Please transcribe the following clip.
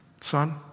son